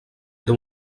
era